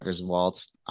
waltz